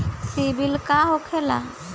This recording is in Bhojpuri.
सीबील का होखेला?